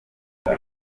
uyu